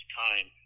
time